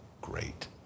great